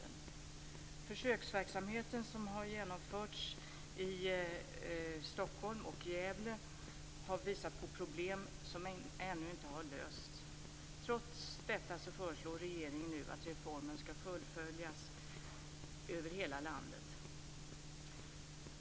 Den försöksverksamhet som har genomförts i Stockholm och Gävle har visat på problem som ännu inte har lösts. Trots detta föreslår regeringen nu att reformen skall fullföljas över hela landet.